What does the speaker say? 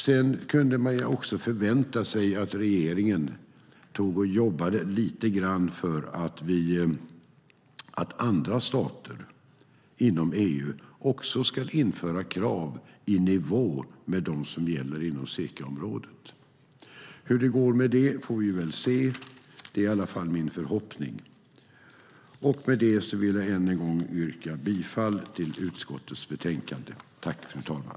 Sedan kunde man också vänta sig att regeringen jobbade lite grann för att andra stater inom EU också ska införa krav som är i nivå med dem som gäller inom SECA-området. Hur det går med det får vi väl se. Det är i alla fall min förhoppning. Med detta vill jag än en gång yrka bifall till utskottets förslag.